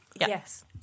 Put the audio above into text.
Yes